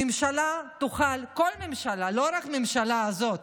הממשלה תוכל, כל ממשלה, לא רק הממשלה הזאת,